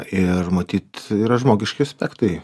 ir matyt yra žmogiški aspektai